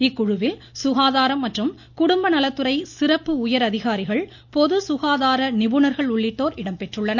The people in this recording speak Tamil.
இக்குழுவில் சுகாதாரம் மற்றும் குடும்பநலத்துறை சிறப்பு உயர்அதிகாரிகள் பொது சுகாதார நிபுணர்கள் உள்ளிட்டோர் இடம்பெற்றுள்ளனர்